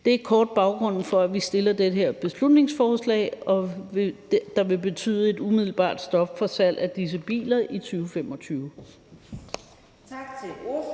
Det er kort fortalt baggrunden for, at vi har fremsat det her beslutningsforslag, der vil indebære et umiddelbart stop for salg af disse biler i 2025.